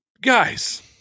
Guys